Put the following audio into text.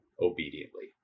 obediently